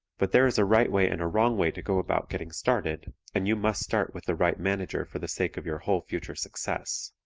but there is a right way and a wrong way to go about getting started, and you must start with the right manager for the sake of your whole future success.